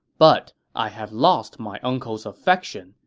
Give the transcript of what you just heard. but i have lost my uncle's affection,